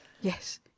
Yes